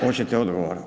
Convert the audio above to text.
Hoćete odgovor?